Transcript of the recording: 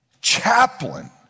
chaplain